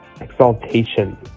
exaltation